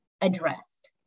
addressed